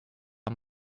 amb